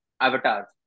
avatar